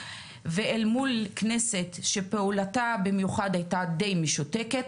ואל מול כנסת שפעולתה הייתה במיוחד משותקת,